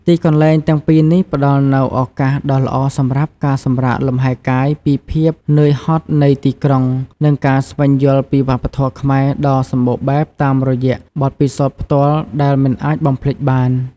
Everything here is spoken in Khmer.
ទីកន្លែងទាំងពីរនេះផ្តល់នូវឱកាសដ៏ល្អសម្រាប់ការសម្រាកលំហែកាយពីភាពនឿយហត់នៃទីក្រុង និងការស្វែងយល់ពីវប្បធម៌ខ្មែរដ៏សម្បូរបែបតាមរយៈបទពិសោធន៍ផ្ទាល់ដែលមិនអាចបំភ្លេចបាន។